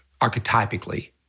archetypically